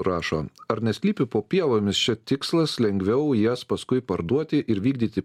rašo ar neslypi po pievomis čia tikslas lengviau jas paskui parduoti ir vykdyti